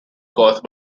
caused